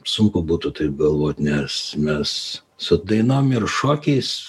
sunku būtų taip galvot nes mes su dainom ir šokiais